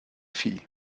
vieh